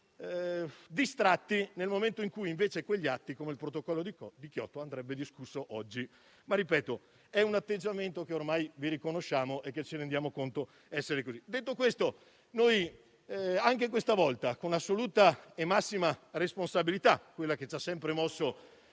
distratti nel momento in cui atti come il Protocollo di Kyoto andrebbero discussi oggi. Ripeto: è un atteggiamento che ormai vi riconosciamo e che ci rendiamo conto essere così. Detto questo, anche questa volta, con assoluta e massima responsabilità, che ci ha sempre mosso,